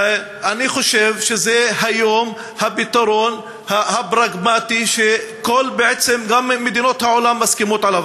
ואני חושב שזה היום הפתרון הפרגמטי שבעצם גם מדינות העולם מסכימות עליו,